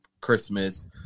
Christmas